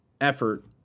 effort